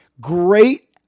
Great